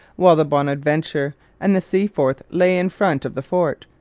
while the bonaventure and the seaforth lay in front of the fort,